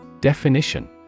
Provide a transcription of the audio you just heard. Definition